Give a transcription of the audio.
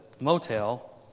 motel